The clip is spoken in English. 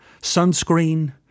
sunscreen